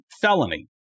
felony